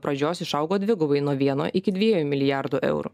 pradžios išaugo dvigubai nuo vieno iki dviejų milijardų eurų